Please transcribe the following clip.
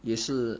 也是